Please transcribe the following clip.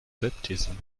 baptism